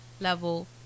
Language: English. level